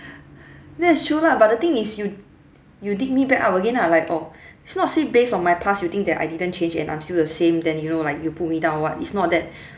that's true lah but the thing is you you did me back up again lah like orh it's not say based on my past you think that I didn't change and I'm still the same then you know like you put me down [what] it's not that